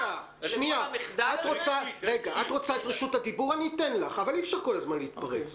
אם את רוצה את רשות הדיבור אני אתן לך אבל אי אפשר כל הזמן להתפרץ.